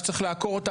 שצריך לעקור,